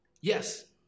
yes